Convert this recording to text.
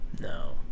No